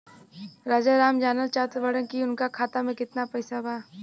राजाराम जानल चाहत बड़े की उनका खाता में कितना पैसा बा?